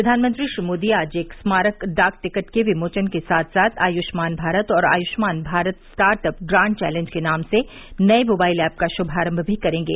प्रधानमंत्री श्री मोदी आज एक स्मारक डाक टिकट के विमोचन के साथ साथ आय्ष्मान भारत और Ayushman Bharat startup grand challenge नाम के नये मोबाइल ऐप का शुभारंभ भी करेंगे